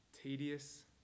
tedious